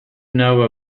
know